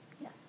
Yes